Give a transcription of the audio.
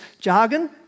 jargon